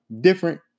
different